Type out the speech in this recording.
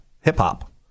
hip-hop